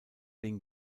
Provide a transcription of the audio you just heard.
den